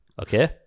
Okay